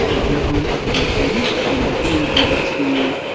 ah your own evolution, you know being able to.